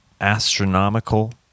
astronomical